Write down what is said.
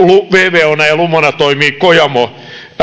vvona ja lumona toimii kojamo